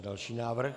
Další návrh.